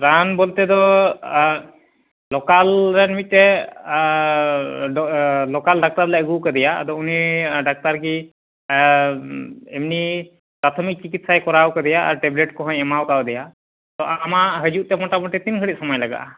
ᱨᱟᱱ ᱵᱚᱞᱛᱮ ᱫᱚ ᱞᱳᱠᱟᱞ ᱨᱮᱱ ᱢᱤᱫᱴᱮᱱ ᱞᱳᱠᱟᱞ ᱰᱟᱠᱛᱟᱨ ᱞᱮ ᱟᱹᱜᱩᱣ ᱠᱟᱫᱮᱭᱟ ᱟᱫᱚ ᱩᱱᱤ ᱰᱟᱠᱛᱟᱨ ᱜᱮ ᱮᱢᱱᱤ ᱯᱨᱟᱛᱷᱚᱢᱤᱠ ᱪᱤᱠᱤᱛᱟᱥᱟᱭ ᱠᱚᱨᱟᱣ ᱠᱟᱫᱮᱭᱟ ᱟᱨ ᱴᱮᱵᱽᱞᱮᱹᱴ ᱠᱚᱦᱚᱸᱭ ᱮᱢᱟᱣ ᱠᱟᱣᱫᱮᱭᱟ ᱛᱚ ᱟᱢᱟᱜ ᱦᱤᱡᱩᱜ ᱛᱮ ᱢᱚᱴᱟᱢᱩᱴᱤ ᱛᱤᱱ ᱜᱷᱟᱹᱲᱤᱡ ᱥᱚᱢᱚᱭ ᱞᱟᱜᱟᱜᱼᱟ